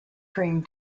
cream